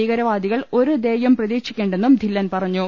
ഭീകരവാദികൾ ഒരു ദയയും പ്രതീക്ഷിക്കേണ്ടെന്നും ധില്ലൻ പറഞ്ഞു